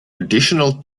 additional